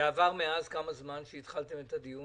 כמה זמן עבר מאז שהתחלתם את הדיון?